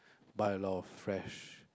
buy a lot of fresh